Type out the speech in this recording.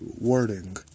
wording